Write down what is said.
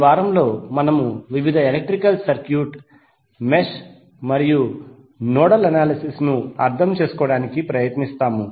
ఈ వారంలో మనము వివిధ ఎలక్ట్రికల్ సర్క్యూట్ మెష్ మరియు నోడల్ అనాలిసిస్ ను అర్థం చేసుకోవడానికి ప్రయత్నిస్తాము